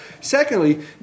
Secondly